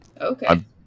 Okay